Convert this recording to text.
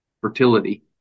fertility